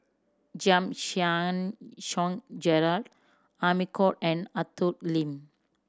Giam Yean Song Gerald Amy Khor and Arthur Lim